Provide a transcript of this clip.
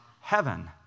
heaven